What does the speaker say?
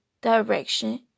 direction